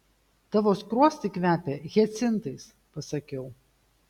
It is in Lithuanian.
tavo skruostai kvepia hiacintais pasakiau